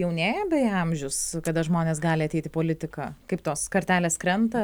jaunėja beje amžius kada žmonės gali ateiti į politiką kaip tos kartelės krenta